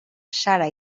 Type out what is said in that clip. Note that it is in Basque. sara